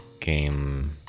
game